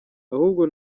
ahubwo